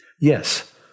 Yes